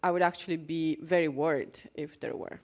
i would actually be very worried if there were